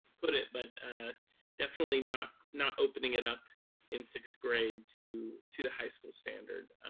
put it, but definitely not not opening it up in sixth grade to to the high school standard.